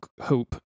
hope